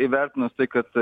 įvertinus tai kad